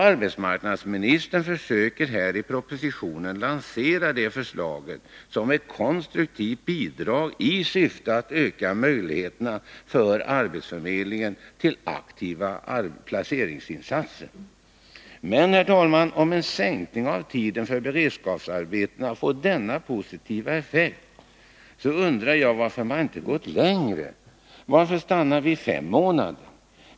Arbetsmarknadsministern försöker i propositionen lansera det förslaget som ett konstruktivt bidrag i syfte att öka möjligheterna för arbetsförmedlingen till aktiva placeringsinsatser. Men, herr talman, om en sänkning av tiden för beredskapsarbeten får denna positiva effekt, undrar jag varför man inte gått längre. Varför stanna vid fem månader?